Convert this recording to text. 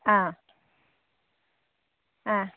ꯑꯥ ꯑꯥ